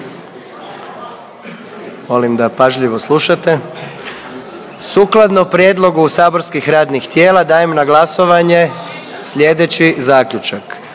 je zaključena. Sukladno prijedlogu saborskih radnih tijela dajem na glasovanje slijedeći Zaključak.